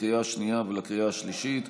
לקריאה שנייה ולקריאה שלישית,